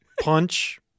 Punch